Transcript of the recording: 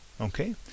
Okay